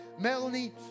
Melanie